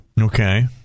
Okay